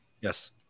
Yes